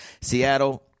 Seattle